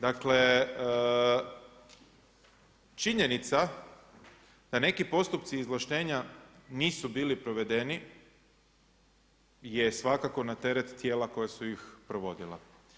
Dakle činjenica da neki postupci izvlaštenja nisu bili provedeni je svakako na teret tijela koja su ih provodila.